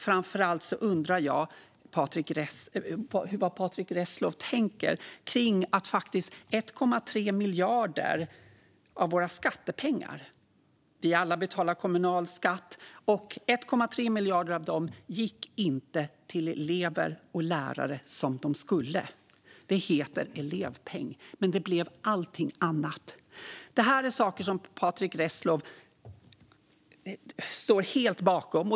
Framför allt undrar jag vad Patrick Reslow tänker kring att 1,3 miljarder av våra skattepengar har gått till något annat än de skulle. Vi betalar alla kommunalskatt, och 1,3 miljarder av dessa pengar gick inte till elever och lärare som de skulle. Det heter elevpeng, men det blev allt annat. Det här är saker som Patrick Reslow helt och hållet står bakom.